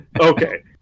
okay